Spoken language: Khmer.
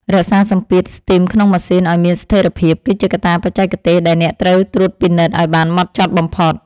រក្សាសម្ពាធស្ទីមក្នុងម៉ាស៊ីនឱ្យមានស្ថេរភាព គឺជាកត្តាបច្ចេកទេសដែលអ្នកត្រូវត្រួតពិនិត្យឱ្យបានហ្មត់ចត់បំផុត។